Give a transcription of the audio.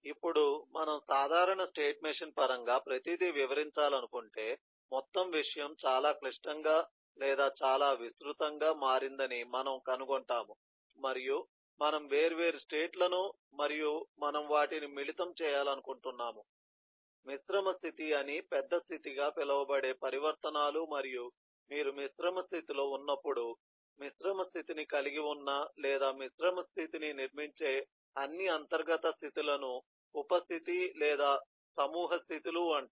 ఇప్పుడు మనం సాధారణ స్టేట్ మెషీన్ పరంగా ప్రతిదీ వివరించాలనుకుంటే మొత్తం విషయం చాలా క్లిష్టంగా లేదా చాలా విస్తృతంగా మారిందని మనము కనుగొంటాము మరియు మనము వేర్వేరు స్టేట్ లను మరియు మనం వాటిని మిళితం చేయాలనుకుంటున్నాము మిశ్రమ స్థితి అని పెద్ద స్థితి గా పిలువబడే పరివర్తనాలు మరియు మీరు మిశ్రమ స్థితిలో ఉన్నప్పుడు మిశ్రమ స్థితిని కలిగి ఉన్న లేదా మిశ్రమ స్థితిని నిర్మించే అన్ని అంతర్గత స్థితి లను ఉప స్థితి లేదా సమూహ స్థితి లు అంటారు